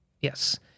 Yes